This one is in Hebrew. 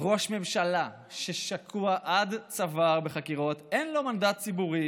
ראש ממשלה ששקוע עד צוואר בחקירות אין לו מנדט ציבורי